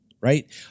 right